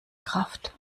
kraft